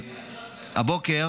הבוקר